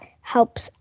helps